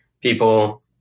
people